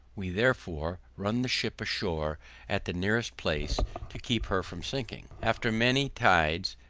we therefore run the ship ashore at the nearest place to keep her from sinking. after many tides,